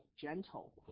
gentle